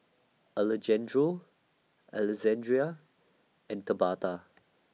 Alejandro Alexandria and Tabetha